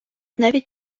навіть